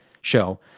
show